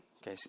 Okay